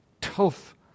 tough